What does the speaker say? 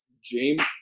James